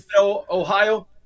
Ohio